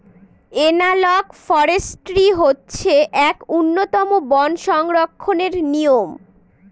analogue forestry হচ্ছে এক উন্নতম বন সংরক্ষণের নিয়ম